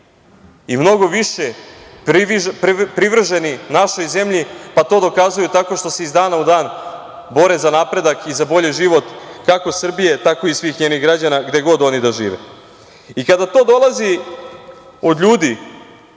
i mnogo više privrženi našoj zemlji, pa to dokazuju tako što se iz dana u dan bore za napredak i za bolji život kako Srbije, tako i svih njenih građana gde god oni da žive. Kada to dolazi od ljudi